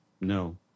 No